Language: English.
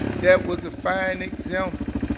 that was a fine example.